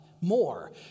More